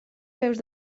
peus